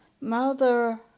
mother